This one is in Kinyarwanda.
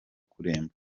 kuremba